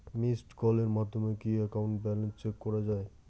Missed কলের মাধ্যমে কি একাউন্ট ব্যালেন্স চেক করা যায়?